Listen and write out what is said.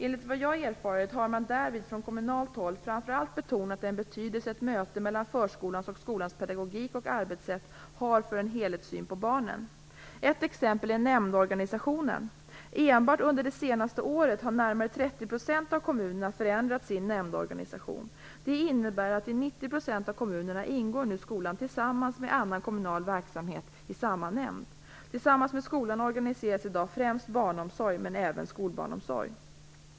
Enligt vad jag erfarit har man därvid från kommunalt håll framför allt betonat den betydelse ett möte mellan förskolans och skolans pedagogik och arbetssätt har för en helhetssyn på barnen. Ett exempel är nämndorganisationen. Enbart under det senaste året har närmare 30 % av kommunerna förändrat sin nämndorganisation. Det innebär att i 90 % av kommunerna ingår nu skolan tillsammans med annan kommunal verksamhet i samma nämnd. Tillsammans med skolan organiseras i dag främst barnomsorg men även skolbarnsomsorg.